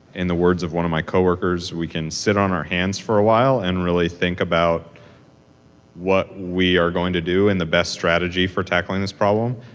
in the words of one of my coworkers, we can sit on our hands for a while and really think about what we are going to do and the best strategy for tackling this problem.